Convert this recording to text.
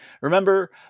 Remember